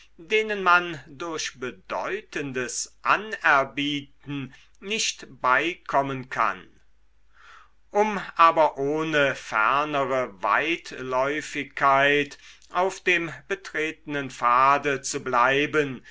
denen man durch bedeutendes anerbieten nicht beikommen kann um aber ohne fernere weitläufigkeit auf dem betretenen pfade zu bleiben